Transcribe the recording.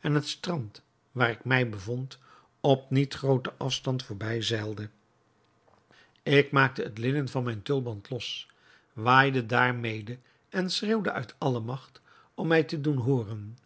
en het strand waar ik mij bevond op niet grooten afstand voorbij zeilde ik maakte het linnen van mijnen tulband los waaide daarmede en schreeuwde uit alle magt om mij te doen hooren